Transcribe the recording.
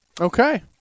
Okay